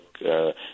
look